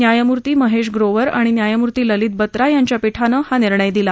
न्यायमूर्ती महेश ग्रोवर आणि न्यायमूर्ती ललित बत्रा यांच्या पीठानं हा निर्णय दिला